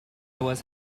was